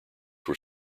were